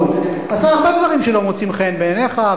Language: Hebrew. עשה הרבה דברים שלא מוצאים חן בעיניך,